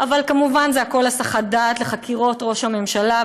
אבל כמובן זה הכול הסחת דעת מחקירות ראש הממשלה,